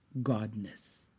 godness